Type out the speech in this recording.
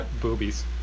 Boobies